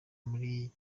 muri